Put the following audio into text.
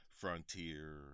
Frontier